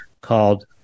called